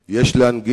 ישראל.